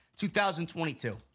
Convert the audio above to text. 2022